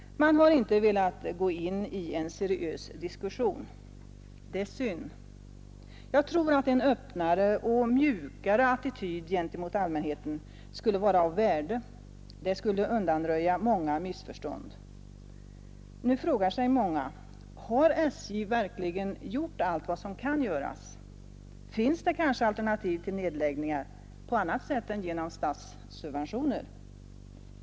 Man har inte velat gå in i en seriös diskussion. Det är synd. Jag tror att en öppnare och mjukare attityd gentemot allmänheten skulle vara av värde. Det skulle undanröja många missförstånd. Nu frågar sig många om SJ verkligen har gjort allt vad som kan göras. Finns det kanske alternativ till nedläggningar — andra alternativ än statssubventioner?